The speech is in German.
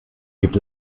gibt